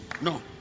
no